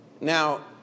Now